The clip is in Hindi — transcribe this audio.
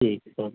जी सर